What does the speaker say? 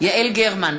יעל גרמן,